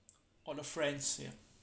all the friends ya